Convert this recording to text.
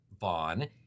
Vaughn